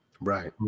Right